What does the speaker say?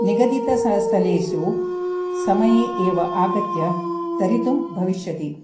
निगदित स स्थलेषु समये एव आगत्य तर्तुं भविष्यति